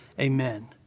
Amen